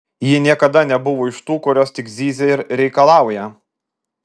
ji niekada nebuvo iš tų kurios tik zyzia ir reikalauja